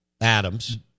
Adams